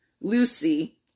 Lucy